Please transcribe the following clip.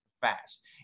fast